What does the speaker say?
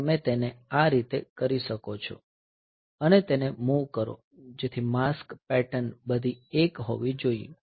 તમે તેને આ રીતે કરી શકો છો અને તેને મૂવ કરો જેથી માસ્ક પેટર્ન બધી 1 હોવી જોઈએ